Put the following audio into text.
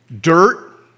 Dirt